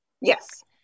Yes